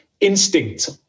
instinct